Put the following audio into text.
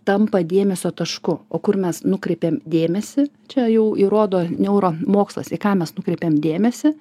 tampa dėmesio tašku o kur mes nukreipiam dėmesį čia jau įrodo neuro mokslas į ką mes nukreipiam dėmesį